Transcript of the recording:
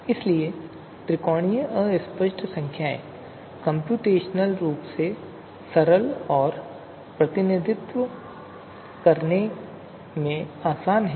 इसलिए त्रिकोणीय अस्पष्ट संख्याएं कम्प्यूटेशनल रूप से सरल और प्रतिनिधित्व करने में आसान हैं